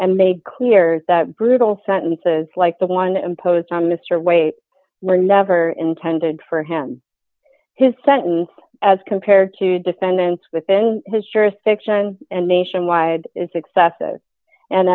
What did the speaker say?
and made clear that brutal sentences like the one imposed on mr waite were never intended for him his sentence as compared to defendants within his jurisdiction and nationwide is excessive and